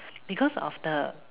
because of the